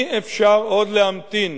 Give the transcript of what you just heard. אי-אפשר עוד להמתין.